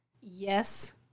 Yes